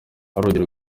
urugero